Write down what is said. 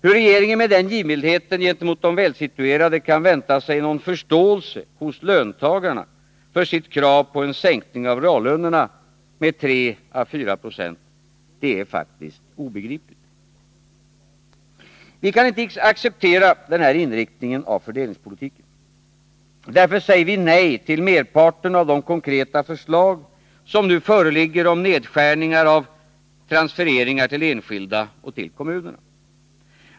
Hur regeringen med den givmildheten gentemot de välsituerade kan vänta sig någon förståelse hos löntagarna för sitt krav på en sänkning av reallönerna med 3 å 4 9 är faktiskt obegripligt. Vi kan inte acceptera denna inriktning av fördelningspolitiken. Därför säger vi nej till merparten av de konkreta förslag som nu föreligger om nedskärningar av transfereringar till enskilda och till kommunerna.